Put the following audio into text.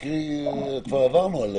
כבר עברנו עליהם.